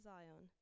Zion